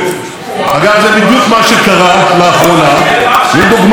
אגב, זה בדיוק מה שקרה לאחרונה עם דוגמה עכשווית.